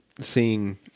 seeing